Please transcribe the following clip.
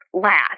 last